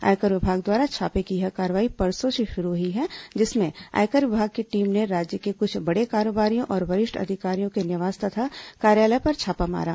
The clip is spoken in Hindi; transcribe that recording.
आयकर विभाग द्वारा छापे की यह कार्यवाही परसों से शुरू हुई है जिसमें आयकर विभाग की टीम ने राज्य के कुछ बड़े कारोबारियों और वरिष्ठ अधिकारियों के निवास तथा कार्यालय पर छापा मारा